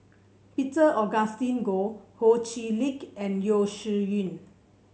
Peter Augustine Goh Ho Chee Lick and Yeo Shih Yun